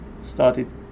started